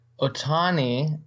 Otani